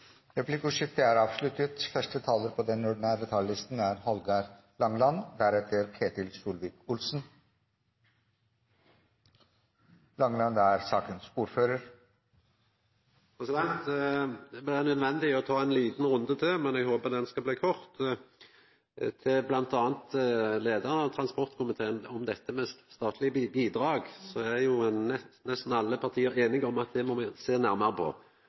Replikkordskiftet er avsluttet. De talere som heretter får ordet, har en taletid på inntil 3 minutter. Det blei nødvendig å ta ein liten runde til, men eg håper han skal bli kort. Til bl.a. leiaren av transportkomiteen om dette med statlege bidrag: Nesten alle parti er einige om at det må me sjå nærare på.